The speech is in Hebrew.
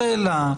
השאלה,